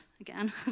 again